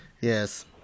Yes